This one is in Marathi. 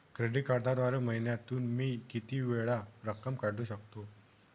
क्रेडिट कार्डद्वारे महिन्यातून मी किती वेळा रक्कम काढू शकतो?